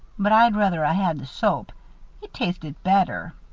but i'd ruther a-had the soap it tasted better.